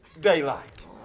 daylight